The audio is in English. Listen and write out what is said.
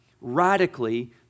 radically